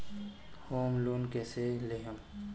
Home loan कैसे लेहम?